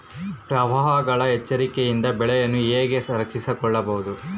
ಪ್ರವಾಹಗಳ ಎಚ್ಚರಿಕೆಯಿಂದ ಬೆಳೆಗಳನ್ನು ಹೇಗೆ ರಕ್ಷಿಸಿಕೊಳ್ಳಬಹುದು?